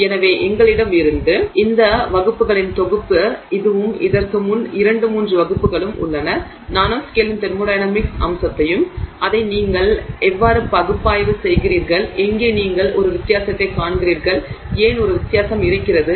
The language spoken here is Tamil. எனவே எங்களிடம் இருந்த இந்த வகுப்புகளின் தொகுப்பு இதுவும் இதற்கு முன் 2 3 வகுப்புகளும் உள்ளன நானோஸ்கேலின் தெர்மோடையனமிக்ஸ் அம்சத்தையும் அதை நீங்கள் எவ்வாறு பகுப்பாய்வு செய்கிறீர்கள் எங்கே நீங்கள் ஒரு வித்தியாசத்தைக் காண்கிறீர்கள் ஏன் ஒரு வித்தியாசம் இருக்கிறது